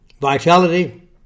vitality